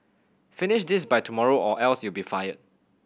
finish this by tomorrow or else you'll be fired